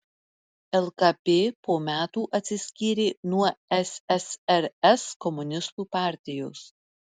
lkp po metų atsiskyrė nuo ssrs komunistų partijos